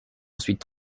ensuite